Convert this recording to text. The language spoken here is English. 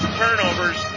turnovers